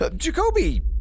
Jacoby